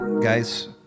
guys